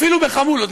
אפילו בחמולות,